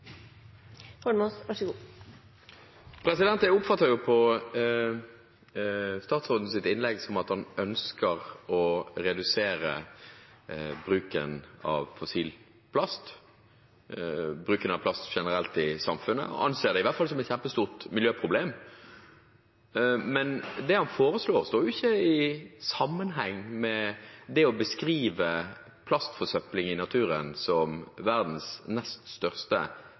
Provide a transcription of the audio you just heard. Jeg oppfatter av statsrådens innlegg at han ønsker å redusere bruken av fossil plast – av plast generelt – i samfunnet, og i hvert fall anser det som et kjempestort miljøproblem. Men det han foreslår, henger jo ikke sammen med det å beskrive plastforsøpling i naturen som verdens nest største